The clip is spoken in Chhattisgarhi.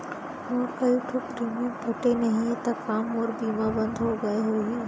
मोर कई ठो प्रीमियम पटे नई हे ता का मोर बीमा बंद हो गए होही?